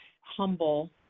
humble